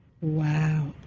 Wow